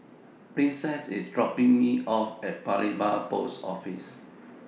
Princess IS dropping Me off At Paya Lebar Post Office